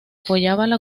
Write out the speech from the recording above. cubierta